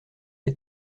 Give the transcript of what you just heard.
les